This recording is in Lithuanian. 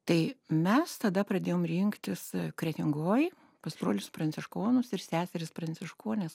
tai mes tada pradėjom rinktis kretingoj pas brolius pranciškonus ir seseris pranciškones